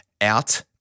out